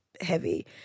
heavy